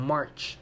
March